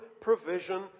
provision